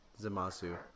Zamasu